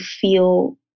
feel